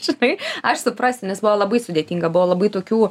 šitai aš suprasiu nes buvo labai sudėtinga buvo labai tokių